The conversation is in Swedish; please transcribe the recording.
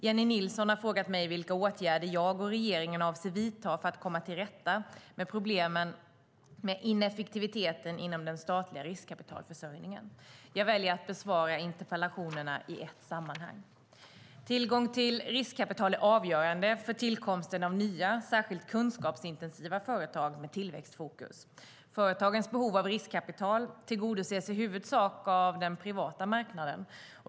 Jennie Nilsson har frågat vilka åtgärder jag och regeringen avser att vidta för att komma till rätta med problemen med ineffektiviteten inom den statliga riskkapitalförsörjningen. Jag väljer att besvara interpellationerna i ett sammanhang. Tillgång till riskkapital är avgörande för tillkomst av nya, särskilt kunskapsintensiva, företag med tillväxtfokus. Företagens behov av riskkapital tillgodoses i huvudsak av den privata marknaden.